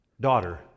daughter